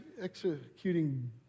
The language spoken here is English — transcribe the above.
executing